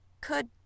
Could